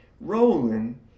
Roland